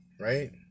right